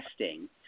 testing